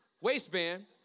waistband